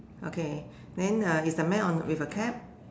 okay then uh is the man on with a cap